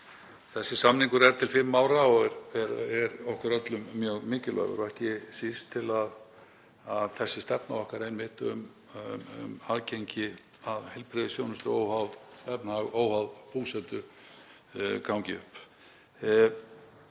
Þessi samningur er til fimm ára og er okkur öllum mjög mikilvægur og ekki síst til að þessi stefna okkar um aðgengi að heilbrigðisþjónustu, óháð efnahag og óháð búsetu, gangi upp.